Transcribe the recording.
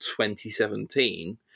2017